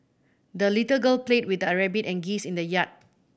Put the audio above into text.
the little girl played with her rabbit and geese in the yard